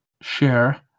share